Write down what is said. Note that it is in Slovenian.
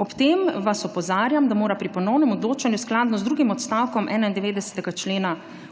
Ob tem vas opozarjam, da mora pri ponovnem odločanju skladno z drugim odstavkom 91. člena Ustave